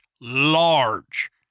large